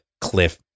cliff